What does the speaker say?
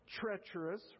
treacherous